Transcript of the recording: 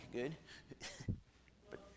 Good